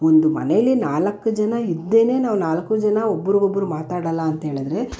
ಒಂದು ಮನೆಯಲ್ಲಿ ನಾಲ್ಕು ಜನ ಇದ್ದೇನೆ ನಾವು ನಾಲ್ಕೂ ಜನ ಒಬ್ಬರಿಗೊಬ್ಬರು ಮಾತಾಡಲ್ಲ ಅಂಥೇಳಿದರೆ